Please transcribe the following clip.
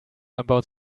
about